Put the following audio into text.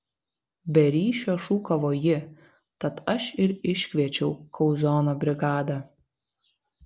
be ryšio šūkavo ji tad aš ir iškviečiau kauzono brigadą